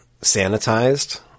sanitized